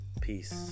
Peace